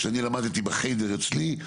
שאני למדתי בחדר אצלי,